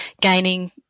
gaining